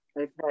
Okay